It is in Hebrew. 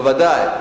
בוודאי,